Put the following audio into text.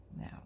now